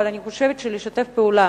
אבל אני חושבת שלשתף פעולה